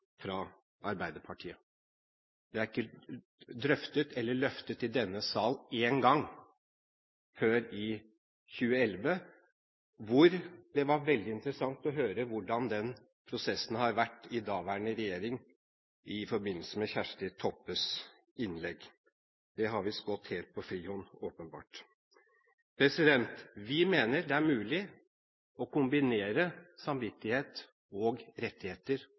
fra Arbeiderpartiet. Det er ikke drøftet eller løftet i denne sal én gang før i 2011. Og det var veldig interessant å høre i forbindelse med Kjersti Toppes innlegg hvordan den prosessen har vært i daværende regjering. Det har visst åpenbart gått helt på frihånd. Vi mener det er mulig å kombinere samvittighet og rettigheter